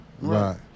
Right